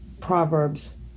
proverbs